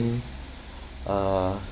uh